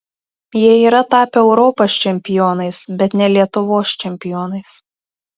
jie yra tapę europos čempionais bet ne lietuvos čempionais